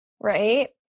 Right